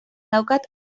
daukat